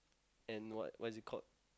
and what what is it called